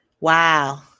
Wow